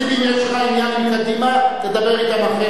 אם יש לך עניין עם קדימה תדבר אתם אחרי כן,